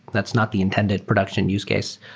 that's not the intended production use case.